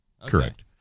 Correct